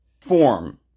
form